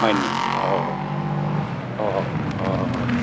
হয়নি অ অ অ